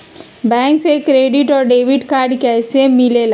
Bank से credit और debit card कैसी मिलेला?